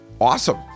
awesome